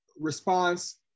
response